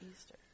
Easter